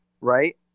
right